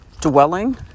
dwelling